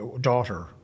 daughter